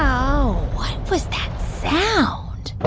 um what was that sound?